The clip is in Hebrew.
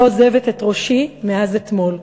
לא עוזבת את ראשי מאז אתמול,